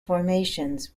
formations